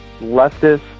leftist